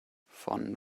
von